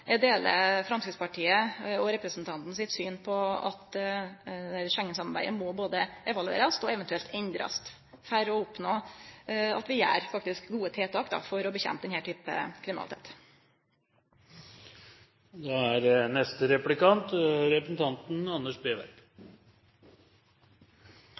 eg deler Framstegspartiet og representanten sitt syn på at Schengensamarbeidet både må evaluerast og eventuelt endrast for å oppnå at vi faktisk gjer gode tiltak for å kjempe mot denne typen kriminalitet. 5 minutter er